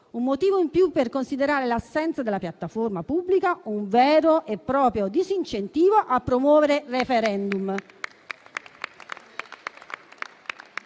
Un motivo in più per considerare l'assenza della piattaforma pubblica un vero e proprio disincentivo a promuovere *referendum*.